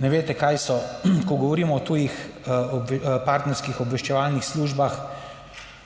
ne veste, kaj so, ko govorimo o tujih partnerskih obveščevalnih službah,